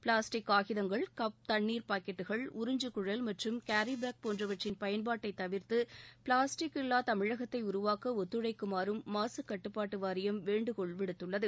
plastic காகிதங்கள் cup தண்ணீர் பாக்கெட்டுகள் உறிஞ்சு குழல் மற்றும் கேரிபேக் போன்றவற்றின் பயன்பாட்டை தவிர்த்து பிளாஸ்டிக் இல்லா தமிழகத்தை உருவாக்க ஒத்துழைக்குமாறும் மாசு கட்டுப்பாட்டு வாரியம் வேண்டுகோள் விடுத்துள்ளது